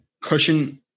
cushion